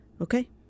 okay